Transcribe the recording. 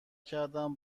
کردم